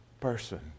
person